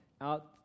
out